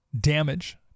damage